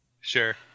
Sure